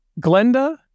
Glenda